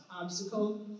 Obstacle